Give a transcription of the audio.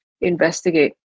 investigate